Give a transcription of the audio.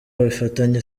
bifitanye